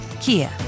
Kia